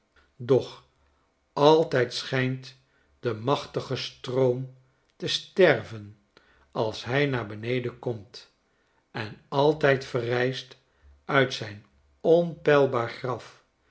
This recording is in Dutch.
doch altijd schijnt de machtige stroom te sterven als hij naar beneden komt en altijd verrijst uit zijn onpeilbaar graf